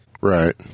Right